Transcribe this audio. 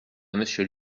monsieur